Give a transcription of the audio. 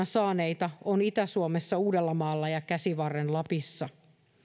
saaneita on itä suomessa uudellamaalla ja käsivarren lapissa